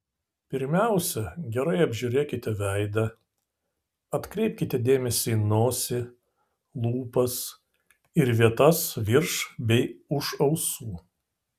pirmiausia gerai apžiūrėkite veidą atkreipkite dėmesį į nosį lūpas ir vietas virš bei už ausų